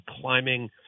climbing